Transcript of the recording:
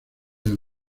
del